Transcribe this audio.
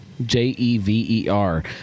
J-E-V-E-R